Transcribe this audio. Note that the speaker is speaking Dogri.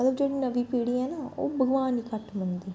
मतलब जेह्ड़ी नमीं पीढ़ी ऐ नां ओह् भगवान गी घट्ट मन्नदी